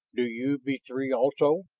do you be three also,